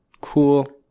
cool